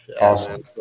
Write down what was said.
Awesome